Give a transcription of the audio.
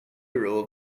hero